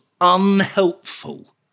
unhelpful